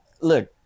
look